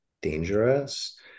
dangerous